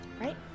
right